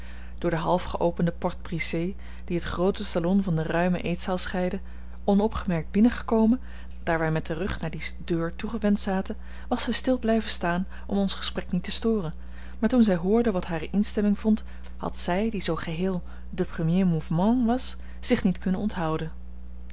door de half geopende porte-brisée die het groote salon van de ruime eetzaal scheidde onopgemerkt binnengekomen daar wij met den rug naar die deur toegewend zaten was zij stil blijven staan om ons gesprek niet te storen maar toen zij hoorde wat hare instemming vond had zij die zoo geheel de premier mouvement was zich niet kunnen onthouden